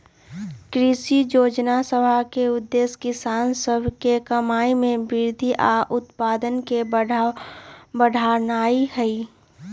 कृषि जोजना सभ के उद्देश्य किसान सभ के कमाइ में वृद्धि आऽ उत्पादन के बढ़ेनाइ हइ